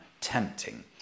tempting